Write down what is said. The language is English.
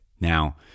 Now